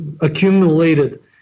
accumulated